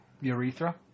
Urethra